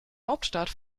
hauptstadt